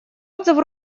отзыв